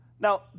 Now